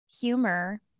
humor